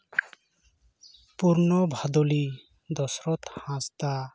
ᱯᱩᱨᱱᱚ ᱵᱷᱟᱫᱚᱞᱤ ᱫᱚᱥᱚᱨᱚᱛᱷ ᱦᱟᱸᱥᱫᱟ